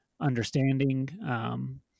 understanding